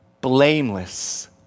blameless